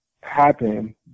happen